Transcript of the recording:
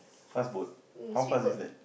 fast boat how far is that